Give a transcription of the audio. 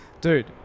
dude